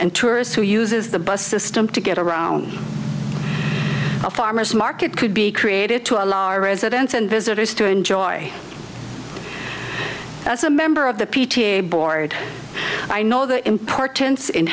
and tourists who uses the bus system to get around a farmer's market could be created to a large residents and visitors to enjoy as a member of the p t a board i know the importance